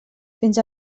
fins